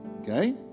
Okay